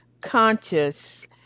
conscious